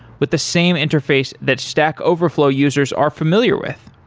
with the same interface that stack overflow users are familiar with.